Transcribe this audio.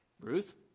Ruth